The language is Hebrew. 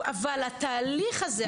אבל התהליך הזה,